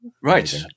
Right